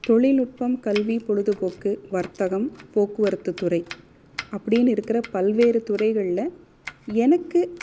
தொழில்நுட்பம் கல்வி பொழுதுபோக்கு வர்த்தகம் போக்குவரத்துத்துறை அப்படின்னு இருக்கிற பல்வேறு துறைகளில் எனக்கு